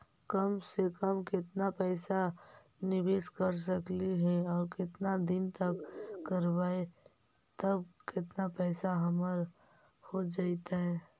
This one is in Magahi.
कम से कम केतना पैसा निबेस कर सकली हे और केतना दिन तक करबै तब केतना पैसा हमर हो जइतै?